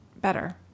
better